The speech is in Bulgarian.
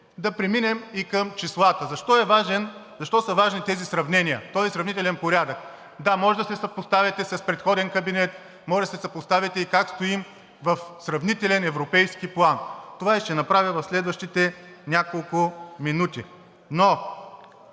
Да преминем и към числата. Защо са важни тези сравнения, този сравнителен порядък? Да, можете да се съпоставите с предходен кабинет, можете да се съпоставите и как стоим в сравнителен европейски план. Това и ще направя в следващите няколко минути.